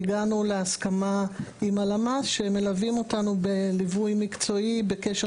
והגענו להסכמה עם הלמ"ס שהם מלווים אותנו בליווי מקצועי בקשר